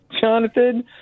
Jonathan